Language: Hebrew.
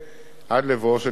עד לבואו של שוטר.